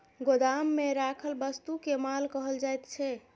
गोदाममे राखल वस्तुकेँ माल कहल जाइत छै